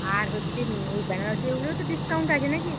আর হচ্ছে ওই বেনারসির ওপরেও তো ডিসকাউন্ট আছে নাকি